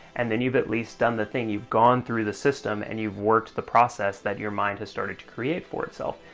and then you've at least done the thing. you've gone through the system, and you've worked the process that your mind has started to create for itself.